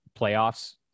playoffs